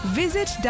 visit